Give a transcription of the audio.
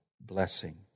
blessing